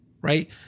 right